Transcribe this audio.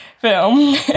film